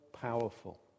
powerful